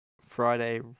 Friday